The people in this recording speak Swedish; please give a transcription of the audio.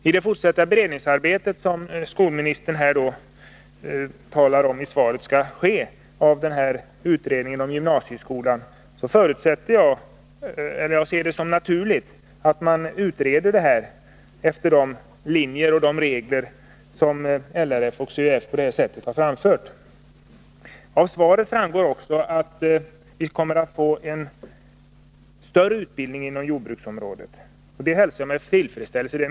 I det fortsatta beredningsarbete som skolministern talar om vad beträffar utredningen om gymnasieskolan ser jag det som naturligt att man följer de linjer som LRF och CUF har förespråkat. Av svaret framgår också att vi kommer att få en större utbildning inom jordbruksområdet, och det hälsar jag med tillfredsställelse.